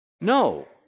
No